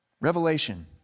Revelation